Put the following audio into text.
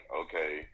okay